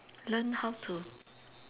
learn how to